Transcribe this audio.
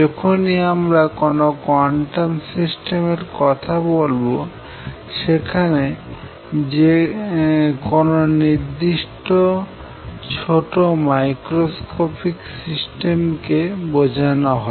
যখনই আমরা কোন কোয়ান্টাম সিস্টেমের কথা বলব সেটা কোন নির্দিষ্ট ছোট মাইক্রোস্কোপিক সিস্টেম কে বোঝানো হয়